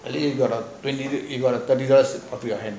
at least you got a twenty you got a thirty dollar up to you hand